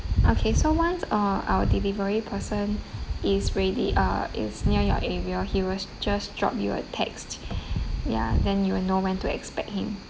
okay so once uh our delivery person is ready ah is near your area he was just drop you a text yeah then you will know when to expect him